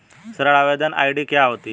ऋण आवेदन आई.डी क्या होती है?